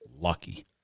lucky